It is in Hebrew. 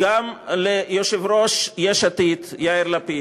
גם ליושב-ראש יש עתיד יאיר לפיד,